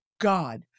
god